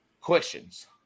questions